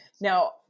Now